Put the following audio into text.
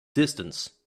distance